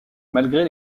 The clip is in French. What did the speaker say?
malgré